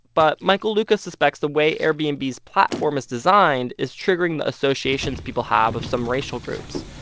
but michael luca suspects the way airbnb's platform is designed is triggering the associations people have of some racial groups.